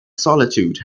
solitude